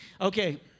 Okay